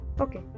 Okay